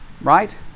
Right